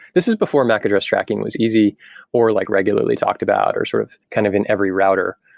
this is before mac address tracking was easy or like regularly talked about or sort of kind of in every router.